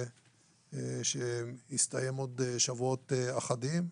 שיסתיים בעוד שבועות אחדים.